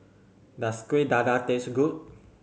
does Kueh Dadar taste good